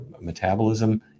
metabolism